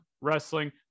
Wrestling